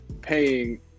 paying